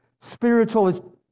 spiritual